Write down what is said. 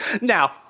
Now